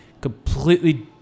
completely